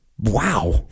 wow